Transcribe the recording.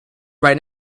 right